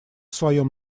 своем